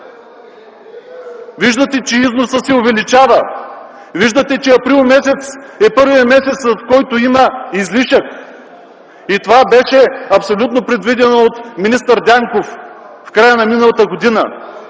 Виждате, че износът се увеличава. Месец април е първият месец, в който има излишък. Това беше абсолютно предвидено от министър Дянков в края на миналата година,